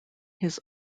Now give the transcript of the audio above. his